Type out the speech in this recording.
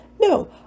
No